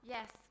Yes